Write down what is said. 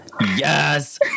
Yes